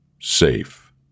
Safe